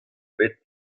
bet